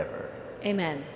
ever and